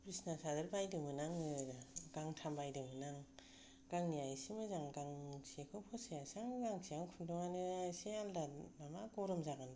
बिसना सादोर बायदोंमोन आङो गांथाम बायदोंमोन आं गांनैया इसे मोजां गांसेखौ फसायासै आं गांसेया खुन्दुङानो इसे आलादा नामा गरम जागोन दां